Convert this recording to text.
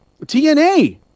TNA